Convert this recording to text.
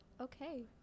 Okay